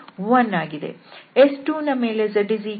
S2 ನ ಮೇಲೆ z1